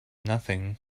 nothing